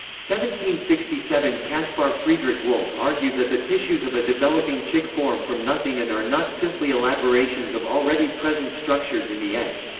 sixty seven kaspar friedrich wolff argued that the tissues of a developing chick form from nothing and are not simply elaborations of already-present structures in the egg.